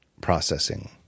processing